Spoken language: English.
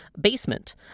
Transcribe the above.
basement